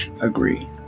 agree